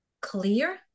clear